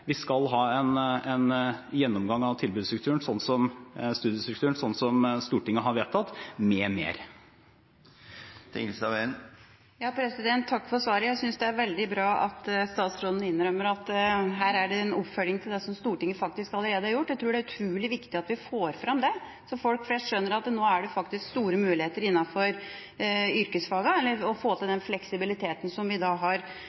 Vi skal ha en gjennomgang av studiestrukturen, sånn som Stortinget har vedtatt, m.m. Takk for svaret. Jeg synes det er veldig bra at statsråden innrømmer at her er det en oppfølging av det som Stortinget faktisk allerede har gjort. Jeg tror det er utrolig viktig at vi får fram det, så folk flest skjønner at nå er det faktisk store muligheter innenfor yrkesfagene å få til den fleksibiliteten som vi har ønsket oss, og som skolene også har